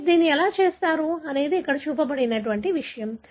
మీరు దీన్ని ఎలా చేస్తారు అనేది ఇక్కడ చూపబడిన విషయం